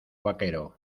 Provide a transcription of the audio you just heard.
vaquero